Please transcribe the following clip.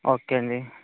okay అండీ